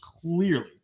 clearly